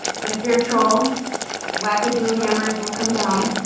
but if your troll wackadoo hammers will come down